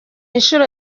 inshuro